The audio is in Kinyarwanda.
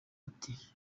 ati